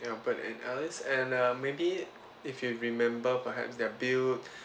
albert and alice and uh maybe if you remember perhaps their build